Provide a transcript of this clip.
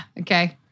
Okay